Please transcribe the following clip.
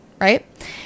right